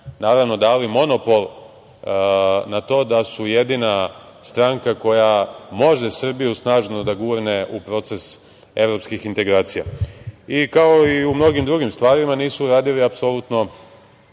naravno, dali monopol na to da su jedina stranka koja može Srbiju snažno da gurne u proces evropskih integracija. Kao i u mnogim drugim stvarima, nisu uradili apsolutno